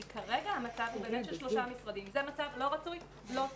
כי כרגע המצב הוא ששלושה משרדים זה מצב לא רצוי ולא טוב.